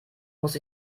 muss